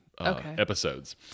Episodes